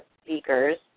speakers